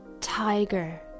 tiger